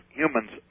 humans